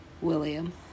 William